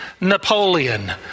Napoleon